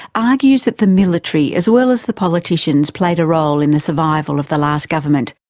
argues that the military as well as the politicians played a role in the survival of the last government.